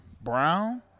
Brown